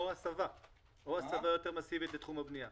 או הסבה יותר מסיבית בתחום הבנייה